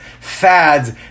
fads